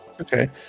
Okay